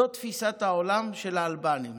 זו תפיסת העולם של האלבנים.